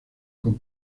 con